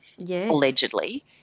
allegedly